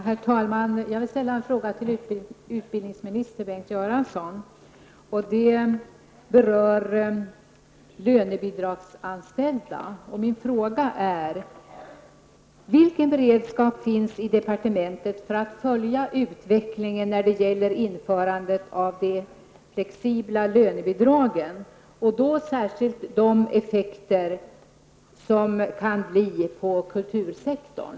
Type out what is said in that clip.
Herr talman! Jag vill ställa en fråga till utbildningsminister Bengt Göransson som berör lönebidragsanställda. Vilken beredskap finns i departementet för att följa utvecklingen när det gäller införandet av de flexibla lönebidragen, då särskilt med beaktande av de effekter som kan bli på kultursektorn?